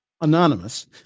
Anonymous